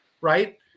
Right